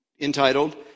entitled